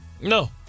no